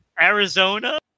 Arizona